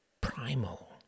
primal